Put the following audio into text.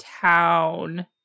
town